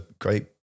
great